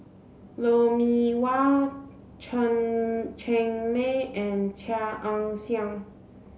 Lou Mee Wah Chen Cheng Mei and Chia Ann Siang